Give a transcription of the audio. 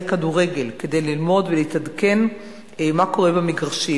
כדורגל כדי ללמוד ולהתעדכן מה קורה במגרשים.